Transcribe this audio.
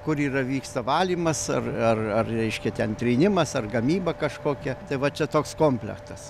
kur yra vyksta valymas ar ar ar reiškia ten trynimas ar gamyba kažkokia tai va čia toks komplektas